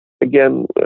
Again